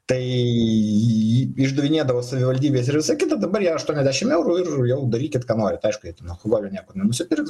tai jį išdarinėdavo savivaldybės ir visa kita dabar jie aštuoniasdešim eurų ir jau darykit ką norit aišku jie ten alkoholio nieko nenusipirks